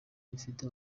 bifite